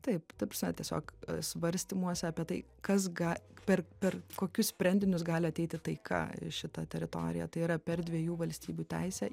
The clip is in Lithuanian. taip ta prasme tiesiog svarstymuose apie tai kas ga per per kokius sprendinius gali ateiti taika į šitą teritoriją tai yra per dviejų valstybių teisę